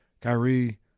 Kyrie